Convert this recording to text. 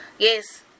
Yes